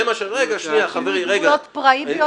שינוי גבולות פראי ביותר.